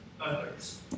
others